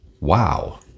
Wow